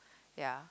ya